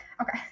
Okay